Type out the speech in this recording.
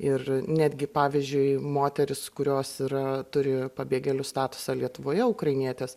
ir netgi pavyzdžiui moterys kurios yra turi pabėgėlių statusą lietuvoje ukrainietės